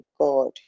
god